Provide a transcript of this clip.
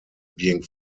being